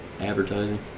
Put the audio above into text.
advertising